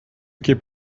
keep